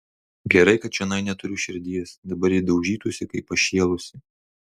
gerai kad čionai neturiu širdies dabar ji daužytųsi kaip pašėlusi